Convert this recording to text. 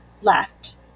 left